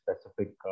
specific